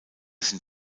sind